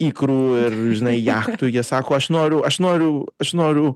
ikrų ir žinai jachtų jie sako aš noriu aš noriu aš noriu